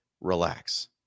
relax